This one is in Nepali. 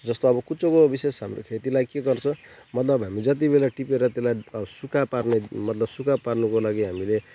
जस्तो अब कुचोको विशेष हाम्रो खेतीलाई के गर्छ मतलब हामी जति बेला टिपेर त्यसलाई सुक्खा पार्ने मतलब सुक्खा पार्नुको लागि हामीले